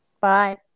Bye